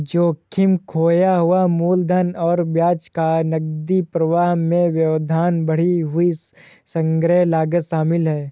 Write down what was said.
जोखिम, खोया हुआ मूलधन और ब्याज, नकदी प्रवाह में व्यवधान, बढ़ी हुई संग्रह लागत शामिल है